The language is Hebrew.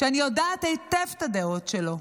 שאני יודעת היטב את הדעות שלו.